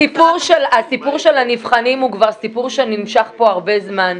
הסיפור של הנבחנים נמשך פה הרבה זמן.